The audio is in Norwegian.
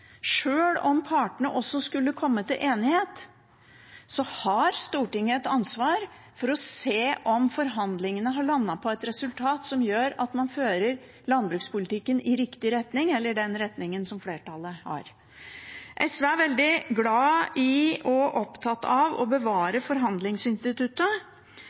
Sjøl om partene også skulle komme til enighet, har Stortinget et ansvar for å se om forhandlingene har landet på et resultat som gjør at man fører landbrukspolitikken i riktig retning – eller den retningen som flertallet vil ha. SV er veldig glad i og opptatt av å